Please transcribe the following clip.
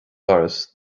doras